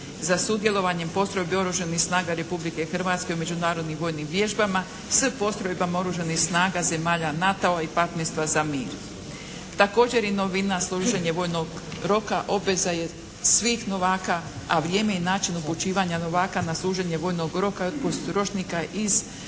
za sudjelovanje postrojbi Oružanih snaga Republike Hrvatske u međunarodnim vojnim vježbama s postrojbama Oružanih snaga zemalja NATO-a i partnerstva za mir. Također i novina služenje vojnog roka obveza je svih novaka, a vrijeme i način upućivanje novaka na služenje vojnog roka ročnika iz